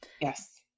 Yes